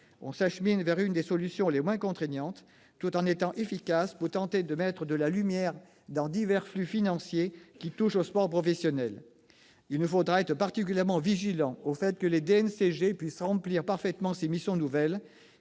on s'achemine vers une des solutions les moins contraignantes, tout en étant efficace pour tenter de mettre de la lumière dans les divers flux financiers qui touchent au sport professionnel. Il nous faudra veiller particulièrement au fait que les DNCG puissent remplir parfaitement ces missions nouvelles,